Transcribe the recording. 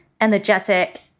energetic